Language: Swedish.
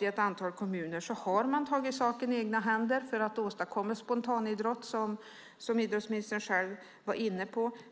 I ett antal kommuner har man tagit saken i egna händer för att åstadkomma spontanidrott, som idrottsministern själv var inne på.